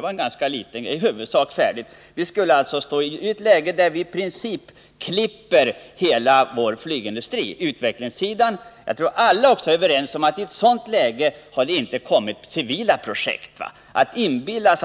varit i huvudsak färdigt. Vi skulle alltså ha befunnit oss i ett läge där vi i princip klipper av hela vår flygindustri på utvecklingssidan. Jag tror att alla med insikter kan vara överens om att det i ett sådant läge knappast hade kommit fram några civila projekt på flygområdet.